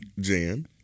Jan